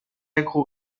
agro